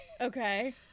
okay